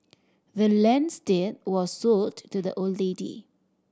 the land's deed was sold to the old lady